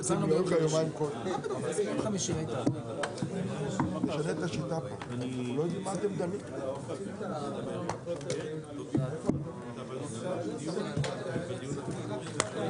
בשעה 15:38.